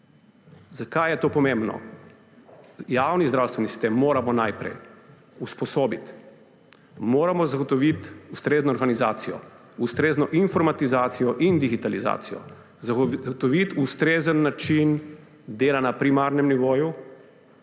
Zakaj je to pomembno? Javni zdravstveni sistem moramo najprej usposobiti, moramo zagotoviti ustrezno organizacijo, ustrezno informatizacijo in digitalizacijo, zagotoviti ustrezen način dela na primarnem nivoju,